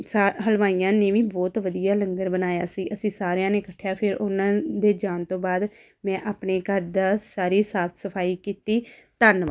ਸਾ ਹਲਵਾਈਆਂ ਨੇ ਵੀ ਬਹੁਤ ਵਧੀਆ ਲੰਗਰ ਬਣਾਇਆ ਸੀ ਅਸੀਂ ਸਾਰਿਆਂ ਨੇ ਇਕੱਠਿਆਂ ਫਿਰ ਉਹਨਾਂ ਦੇ ਜਾਣ ਤੋਂ ਬਾਅਦ ਮੈਂ ਆਪਣੇ ਘਰ ਦਾ ਸਾਰੀ ਸਾਫ਼ ਸਫਾਈ ਕੀਤੀ ਧੰਨਵਾਦ